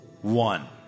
One